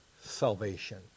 salvation